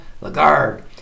Lagarde